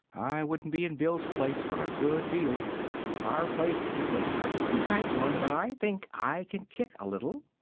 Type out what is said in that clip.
i wouldn't be in bill's place for a good deal the fireplace is a pretty tight one, but i think i can kick a little!